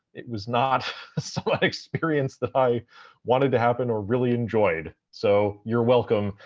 it was not some experience that i wanted to happen, or really enjoyed. so you're welcome.